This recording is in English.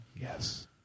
Yes